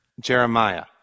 Jeremiah